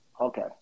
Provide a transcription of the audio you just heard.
okay